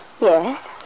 Yes